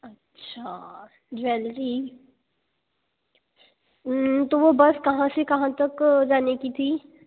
अच्छा ज्वेलरी तो वो बस कहाँ से कहाँ तक जाने की थी